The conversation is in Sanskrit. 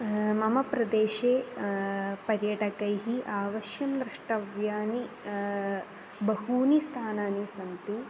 मम प्रदेशे पर्यटकैः अवश्यं द्रष्टव्यानि बहूनि स्थानानि सन्ति